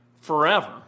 forever